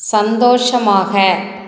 சந்தோஷமாக